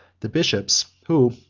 the bishops, who,